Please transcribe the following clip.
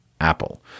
Apple